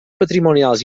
patrimonials